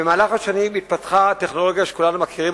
במהלך השנים התפתחה טכנולוגיה שכולנו מכירים,